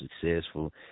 successful